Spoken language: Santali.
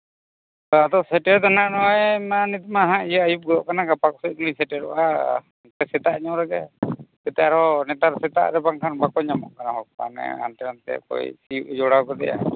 ᱟᱫᱚ ᱥᱮᱴᱮᱨ ᱫᱚ ᱦᱟᱸᱜ ᱱᱚᱜᱼᱚᱸᱭ ᱢᱟ ᱱᱤᱛ ᱢᱟ ᱦᱟᱸᱜ ᱤᱭᱟᱹ ᱟᱹᱭᱩᱵᱚᱜ ᱠᱟᱱᱟ ᱜᱟᱯᱟ ᱠᱚᱥᱮᱡ ᱜᱮᱞᱤᱧ ᱥᱮᱴᱮᱨᱚᱜᱼᱟ ᱜᱟᱯᱟ ᱥᱮᱛᱟᱜ ᱧᱚᱜ ᱨᱮᱜᱮ ᱱᱮᱛᱟᱨ ᱦᱚᱸ ᱱᱮᱛᱟᱨ ᱥᱮᱛᱟᱜ ᱨᱮ ᱵᱟᱝᱠᱷᱟᱱ ᱵᱟᱠᱚ ᱧᱟᱢᱚᱜ ᱠᱟᱱᱟ ᱦᱚᱲ ᱠᱚ ᱠᱟᱹᱢᱤ ᱦᱟᱱᱛᱮ ᱱᱟᱱᱛᱮ ᱚᱠᱚᱭ ᱥᱤᱭᱳᱜ ᱮ ᱡᱚᱲᱟᱣ ᱠᱮᱫᱮᱭᱟ